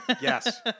Yes